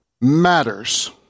matters